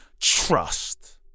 trust